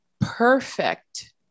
perfect